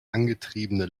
angetriebene